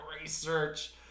research